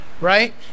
right